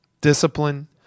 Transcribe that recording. Discipline